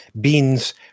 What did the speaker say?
beans